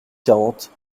quarante